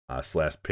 slash